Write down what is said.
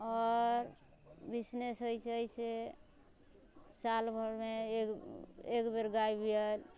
आओर बिसनेस होइ छै ओइसँ सालभरिमे एक बेर गाय बियाइल